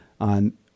on